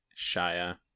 Shia